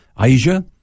Asia